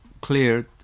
cleared